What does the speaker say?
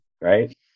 Right